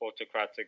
autocratic